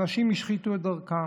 אנשים השחיתו את דרכם.